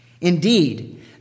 Indeed